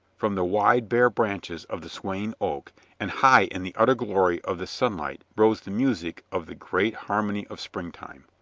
from the wide, bare branches of the swaying oak and high in the utter glory of the sunlight rose the music of the great har mony of springtime.